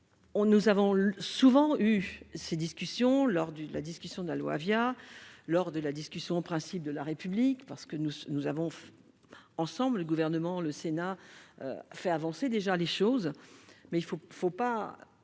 nous avons souvent eu ces discussions lors du la discussion de la loi via lors de la discussion principes de la République parce que nous, nous avons fait ensemble le gouvernement le Sénat fait avancer déjà les choses mais il faut,